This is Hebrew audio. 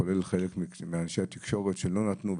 כולל חלק מאנשי התקשורת שלא נתנו,